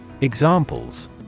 Examples